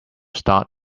start